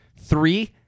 Three